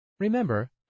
Remember